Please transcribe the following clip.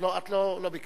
לא ביקשת.